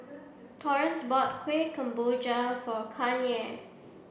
Torrance bought Kueh Kemboja for Kanye